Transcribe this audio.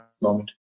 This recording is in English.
moment